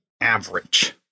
average